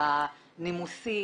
בנימוסים,